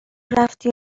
رفتی